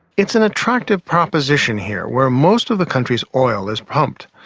it's an attractive proposition here, where most of the country's oil is pumped.